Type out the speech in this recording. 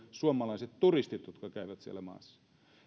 suomalaiset turistit jotka käyvät siellä maassa